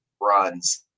runs